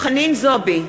חנין זועבי,